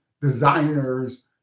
designers